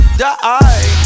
die